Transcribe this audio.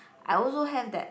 I also have that